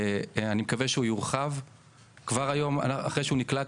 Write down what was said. אני מקווה שהוא יורחב כבר היום אחרי שהוא נקלט